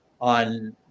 on